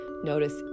Notice